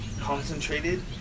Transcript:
concentrated